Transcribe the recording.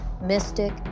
mystic